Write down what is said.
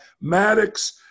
Maddox